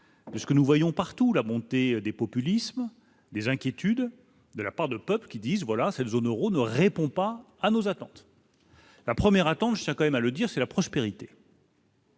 Ce que nous voyons partout la montée des populismes les inquiétudes de la part de pop qui dise voilà cette zone Euro ne répond pas à nos attentes. La première attendent chacun aime à le dire : c'est la prospérité.